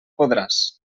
podràs